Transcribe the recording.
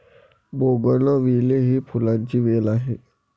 bougainvillea ही फुलांची वेल आहे